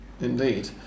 Indeed